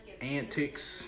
antics